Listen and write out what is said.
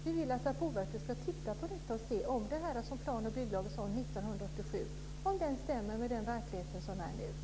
Vi vill att Boverket ska titta på detta och se om plan och bygglagen från 1987 stämmer med den verklighet som vi har nu.